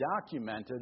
documented